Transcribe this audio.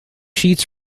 sheets